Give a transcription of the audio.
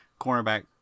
cornerback